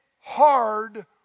hard